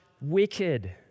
wicked